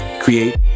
create